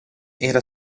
era